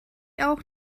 auch